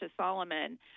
Solomon